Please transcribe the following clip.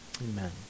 Amen